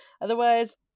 Otherwise